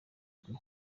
rwe